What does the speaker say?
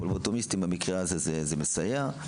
פבלוטומיסטים במקרה הזה, זה מסייע.